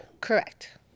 Correct